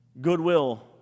Goodwill